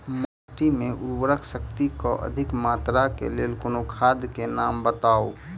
माटि मे उर्वरक शक्ति केँ अधिक मात्रा केँ लेल कोनो खाद केँ नाम बताऊ?